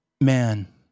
man